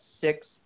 six